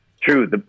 True